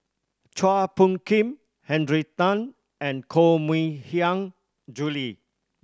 Chua Phung Kim Henry Tan and Koh Mui Hiang Julie